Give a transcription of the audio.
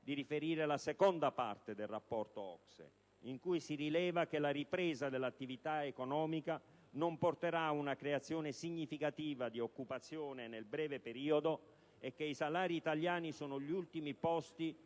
di riferire la seconda parte del rapporto OCSE in cui si rileva che la ripresa dell'attività economica non porterà a una creazione significativa di occupazione nel breve periodo e che i salari italiani sono agli ultimi posti